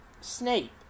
Snape